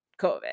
COVID